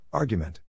Argument